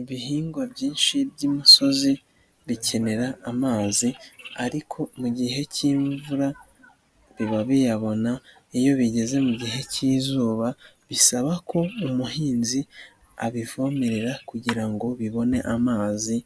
Ibihingwa byinshi by'imisozi bikenera amazi ariko mu gihe cy'imvura biba biyabona, iyo bigeze mu gihe cy'izuba bisaba ko umuhinzi abivomerera kugira ngo bibone amazi